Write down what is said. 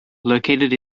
located